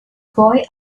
boy